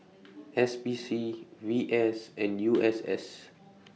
S P C V S and U S S